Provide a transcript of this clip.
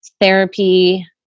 therapy